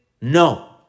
No